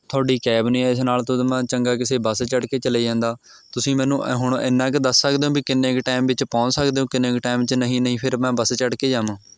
ਤੁਹਾਡੀ ਕੈਬ ਨਹੀਂ ਇਸ ਨਾਲ ਤੋਂ ਮੈਂ ਚੰਗਾ ਕਿਸੇ ਬੱਸ ਚੜ੍ਹ ਕੇ ਚਲੇ ਜਾਂਦਾ ਤੁਸੀਂ ਮੈਨੂੰ ਅ ਹੁਣ ਐਨਾ ਕੁ ਦੱਸ ਸਕਦੇ ਹੋ ਵੀ ਕਿੰਨੇ ਕੁ ਟਾਈਮ ਵਿੱਚ ਪਹੁੰਚ ਸਕਦੇ ਹੋ ਕਿੰਨੇ ਕੁ ਟਾਈਮ 'ਚ ਨਹੀਂ ਨਹੀਂ ਫੇਰ ਮੈਂ ਬੱਸ ਚੜ੍ਹ ਕੇ ਜਾਵਾਂ